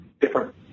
different